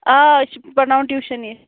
آ أسۍ چھِ پَرٕناون ٹیوٗشَن ییٚتہِ